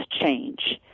change